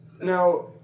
Now